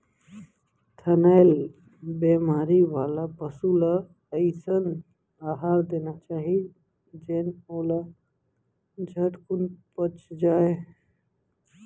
थनैल बेमारी वाला पसु ल अइसन अहार देना चाही जेन ओला झटकुन पच जाय